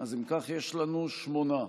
אם כך, יש לנו שמונה.